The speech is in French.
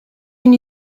une